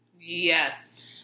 Yes